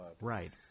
Right